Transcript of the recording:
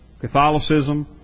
Catholicism